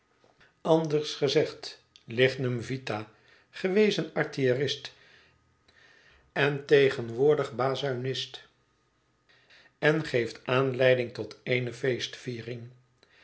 anders gezegd lignum vitae gewezen artillerist en tegenwoordig bazuinist en geeft aanleiding tot eene feestviering